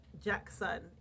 Jackson